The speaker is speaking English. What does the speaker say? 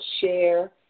share